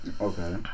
Okay